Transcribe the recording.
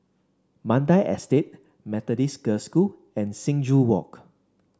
Mandai Estate Methodist Girls' School and Sing Joo Walk